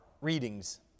readings